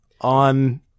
on